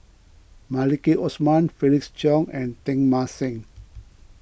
Maliki Osman Felix Cheong and Teng Mah Seng